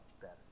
better